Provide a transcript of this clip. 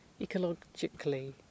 ecologically